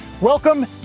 Welcome